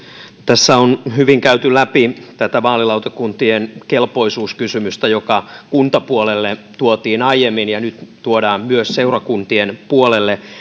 tässä on hyvin käyty läpi tätä vaalilautakuntien kelpoisuuskysymystä joka kuntapuolelle tuotiin aiemmin ja nyt tuodaan myös seurakuntien puolelle